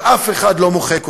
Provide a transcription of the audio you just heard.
ואף אחד לא מוחק אותם.